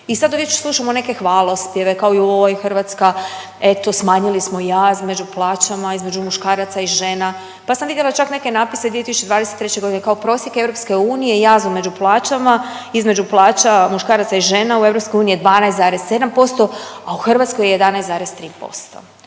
i sad već slušamo neke hvalospjeve kao joj Hrvatska eto smanjili smo jaz među plaćama između muškaraca i žena pa sam vidjela čak neke natpise 2023. godine kao prosjek EU i jazu među plaćama između plaća muškaraca i žena u EU je 12,7%, a u Hrvatskoj je 11,3%.